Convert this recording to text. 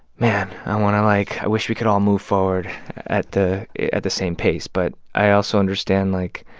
man, i want to, like i wish we could all move forward at the at the same pace. but i also understand, like,